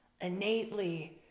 innately